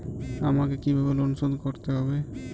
আমাকে কিভাবে লোন শোধ করতে হবে?